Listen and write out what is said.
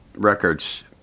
records